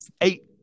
Eight